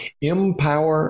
Empower